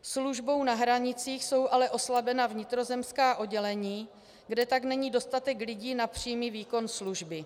Službou na hranicích jsou ale oslabena vnitrozemská oddělení, kde tak není dostatek lidí na přímý výkon služby.